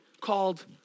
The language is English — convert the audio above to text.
called